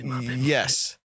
Yes